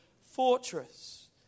fortress